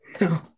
no